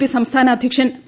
P സംസ്ഥാന അദ്ധ്യക്ഷൻ P